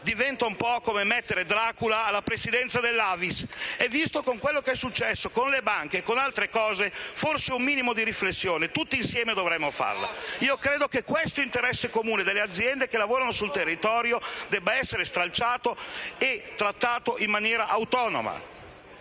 battuta: è come mettere Dracula alla Presidenza dell'AVIS. *(Applausi dal Gruppo LN-Aut)*. Visto quello che è successo con le banche e con altre cose, forse un minimo di riflessione tutti insieme dovremmo fare. Credo che l'interesse comune delle aziende che lavorano sul territorio debba essere stralciato e trattato in maniera autonoma.